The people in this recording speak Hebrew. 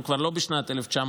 אנחנו כבר לא בשנת 1952,